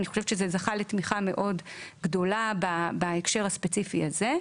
אני חושבת שזה זכה לתמיכה מאוד גדולה בהקשר הספציפי הזה.